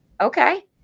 Okay